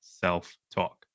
self-talk